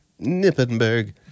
Nippenberg